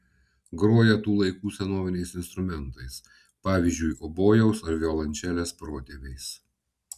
groja tų laikų senoviniais instrumentais pavyzdžiui obojaus ar violončelės protėviais